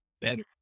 better